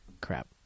Crap